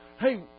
hey